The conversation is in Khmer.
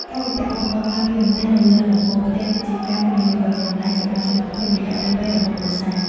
ការបំពាក់ឧបករណ៍ការពាររន្ទះនៅលើដំបូលផ្ទះគឺជាការវិនិយោគដ៏មានតម្លៃសម្រាប់សុវត្ថិភាពរយៈពេលវែងរបស់គ្រួសារ។